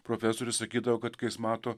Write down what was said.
profesorius sakydavo kad kai jis mato